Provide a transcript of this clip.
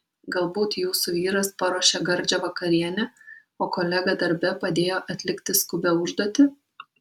galbūt jūsų vyras paruošė gardžią vakarienę o kolega darbe padėjo atlikti skubią užduotį